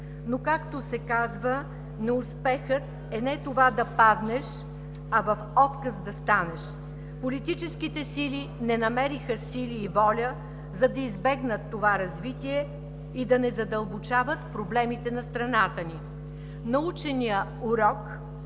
Но както се казва, неуспехът е не това да паднеш, а в отказ да станеш. Политическите сили не намериха сили и воля, за да избегнат това развитие и да не задълбочават проблемите на страната. Наученият урок